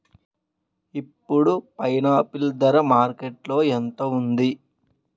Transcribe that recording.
ఇప్పుడు పైనాపిల్ ధర మార్కెట్లో ఎంత ఉంది?